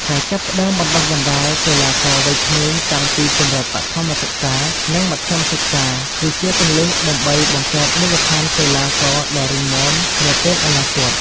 ការចាប់ផ្តើមបណ្តុះបណ្តាលកីឡាករវ័យក្មេងតាំងពីកម្រិតបឋមសិក្សា និងមធ្យមសិក្សា គឺជាគន្លឹះដើម្បីបង្កើតមូលដ្ឋានកីឡាករដ៏រឹងមាំនាពេលអនាគត។